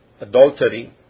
adultery